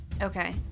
Okay